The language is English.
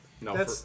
No